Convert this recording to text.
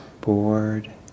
bored